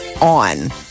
on